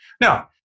Now